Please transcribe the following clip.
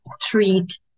treat